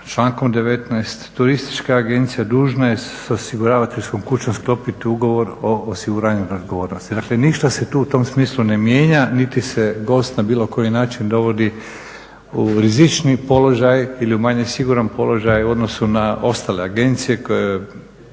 Člankom 19. turistička agencija dužna je sa osiguravateljskom kućom sklopiti ugovor o osiguranju …/Govornik se ne razumije./… dakle ništa se tu u tom smislu ne mijenja niti se gost na bilo koji način dovodi u rizičniji položaj ili u manje siguran položaj u odnosu na ostale agencije koji